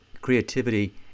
creativity